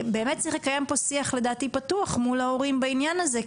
באמת צריך לקיים פה שיח לדעתי פתוח מול ההורים בעניין הזה,